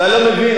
אתה לא מבין,